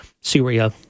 Syria